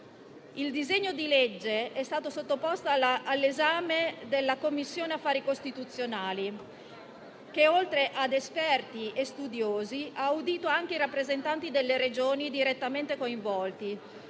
Il disegno di legge è stato sottoposto all'esame della Commissione affari costituzionali, che, oltre a esperti e studiosi, ha udito anche i rappresentanti delle Regioni direttamente coinvolti,